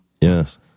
Yes